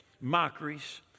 mockeries